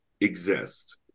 exist